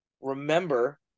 remember